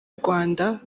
rwanda